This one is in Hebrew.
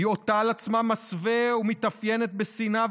היא עוטה על עצמה מסווה ומתאפיינת גם בשנאה